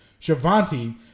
Shivanti